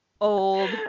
old